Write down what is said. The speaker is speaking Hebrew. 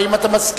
האם אתה מסכים?